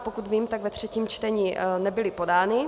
Pokud vím, tak ve třetím čtení nebyly podány.